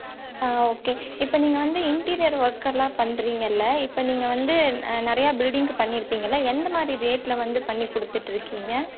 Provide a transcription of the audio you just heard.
ஆ okay இப்போ நீங்கள் வந்து இன்டீரியர் ஒர்க்கெல்லாம் பண்ணுறீங்கள்ல இப்போ நீங்கள் வந்து நிறைய பில்டிங்க்கு பண்ணியிருப்பீங்கள்லே எந்த மாதிரி ரேட்டில் வந்து பண்ணி கொடுத்துட்ருக்கிங்க